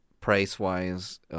price-wise